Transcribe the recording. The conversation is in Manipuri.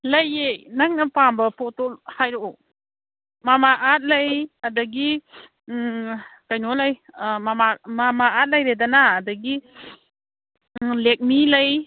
ꯂꯩꯌꯦ ꯅꯪꯅ ꯄꯥꯝꯕ ꯄꯣꯠꯇꯣ ꯍꯥꯏꯔꯛꯑꯣ ꯃꯃꯥ ꯑꯥꯔꯠ ꯂꯩ ꯑꯗꯒꯤ ꯀꯩꯅꯣ ꯂꯩ ꯃꯃꯥ ꯑꯥꯔꯠ ꯂꯩꯔꯦꯗꯅ ꯑꯗꯒꯤ ꯂꯦꯛꯃꯤ ꯂꯩ